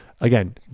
again